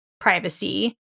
privacy